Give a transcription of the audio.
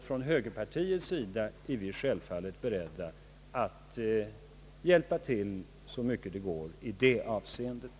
Från högerpartieis sida är vi självfallet beredda att hjälpa till så mycket som möjligt i det avseendet.